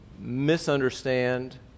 misunderstand